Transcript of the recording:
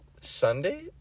Sunday